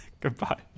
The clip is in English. Goodbye